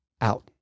out